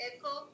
Echo